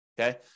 Okay